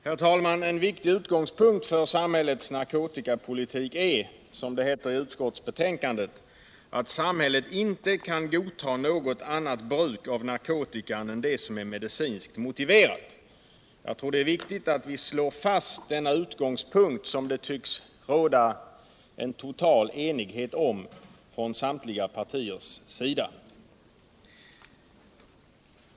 Herr talman! En viktig utgångspunkt för samhällets narkotikapolitik är, som det heter i utskottsbetänkandet, att samhället inte kan godta något annat bruk av narkotikan än det som är medicinskt motiverat. Jag tror att det är viktigt att vi slår fast denna utgångspunkt, som det tycks råda total enighet om från samtliga partiers sida.